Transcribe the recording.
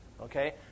okay